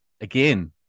again